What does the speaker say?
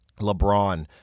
LeBron